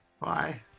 bye